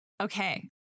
Okay